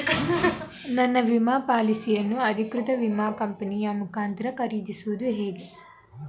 ನನ್ನ ವಿಮಾ ಪಾಲಿಸಿಯನ್ನು ಅಧಿಕೃತ ವಿಮಾ ಕಂಪನಿಯ ಮುಖಾಂತರ ಖರೀದಿಸುವುದು ಹೇಗೆ?